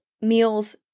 meals